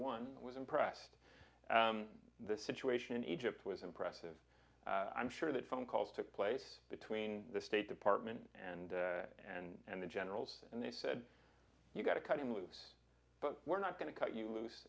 one was impressed the situation in egypt was impressive i'm sure that phone calls took place between the state department and and the generals and they said you've got to cut him loose but we're not going to cut you loose